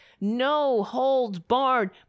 no-holds-barred